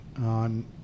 on